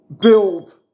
build